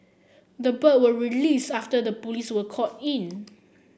the bird was released after the police were called in